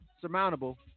surmountable